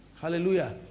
Hallelujah